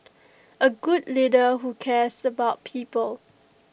A good leader who cares about people